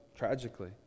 tragically